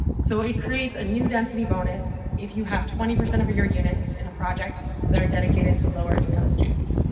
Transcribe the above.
so it creates a new density bonus if you have twenty percent of your units in a project that are dedicated to lower income students.